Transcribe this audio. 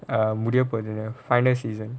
முடியபோதுன்னு:mudiyapothunnu final season